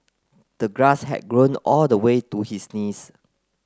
the grass had grown all the way to his knees